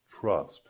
trust